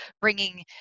bringing